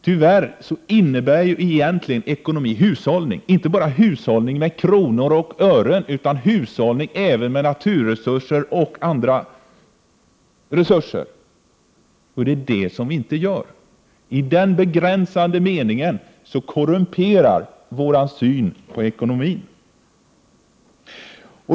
Ordet ekonomi innebär egentligen hushållning. Det är inte bara fråga om hushållning med kronor och ören, utan även hushållning med naturresurser och andra resurser. Det är det som vi inte gör. I den begränsade meningen korrumperar vår syn på ekonomin.